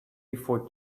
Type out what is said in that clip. before